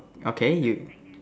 okay you